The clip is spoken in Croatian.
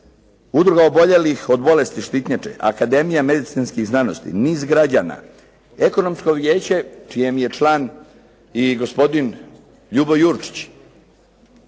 Udruga oboljelih od bolesti štitnjače, Akademija medicinskih znanosti, niz građana, ekonomsko vijeće čiji mi je član i gospodin Ljubo Jurčić.